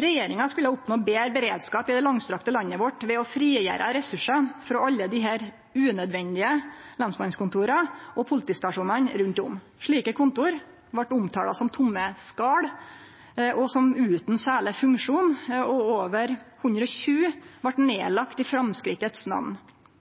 Regjeringa skulle oppnå betre beredskap i det langstrekte landet vårt ved å frigjere ressursar frå alle desse unødvendige lensmannskontora og politistasjonane rundt om. Slike kontor vart omtala som tomme skal, utan særleg funksjon, og over 120 vart